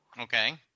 Okay